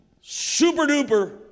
super-duper